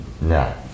no